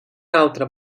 altre